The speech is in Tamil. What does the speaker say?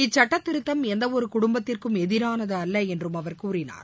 இச்சுட்டத் திருத்தம் எந்த ஒரு குடும்பத்திற்கும் எதிரானது அல்ல என்றும் அவர் கூறினார்